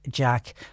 Jack